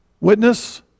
witness